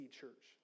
church